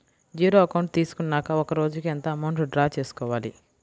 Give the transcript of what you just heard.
Zero account తీసుకున్నాక ఒక రోజుకి ఎంత అమౌంట్ డ్రా చేసుకోవాలి?